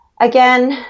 Again